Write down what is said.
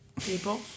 people